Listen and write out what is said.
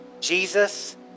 jesus